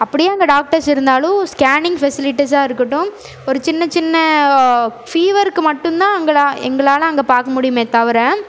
அப்படியே அங்கே டாக்டர்ஸ் இருந்தாலும் ஸ்கேனிங் ஃபெசிலிட்டீஸாக இருக்கட்டும் ஒரு சின்னச் சின்ன ஃபீவருக்கு மட்டும் தான் அங்கெலாம் எங்களால் அங்கே பார்க்க முடியுமே தவிர